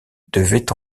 devait